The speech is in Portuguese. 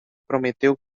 prometeu